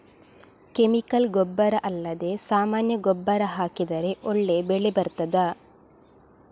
Chemical ಗೊಬ್ಬರ ಅಲ್ಲದೆ ಸಾಮಾನ್ಯ ಗೊಬ್ಬರ ಹಾಕಿದರೆ ಒಳ್ಳೆ ಬೆಳೆ ಬರ್ತದಾ?